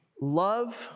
love